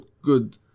good